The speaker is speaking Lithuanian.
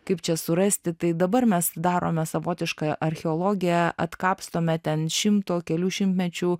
kaip čia surasti tai dabar mes darome savotišką archeologiją atkapstome ten šimto kelių šimtmečių